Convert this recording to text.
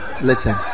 Listen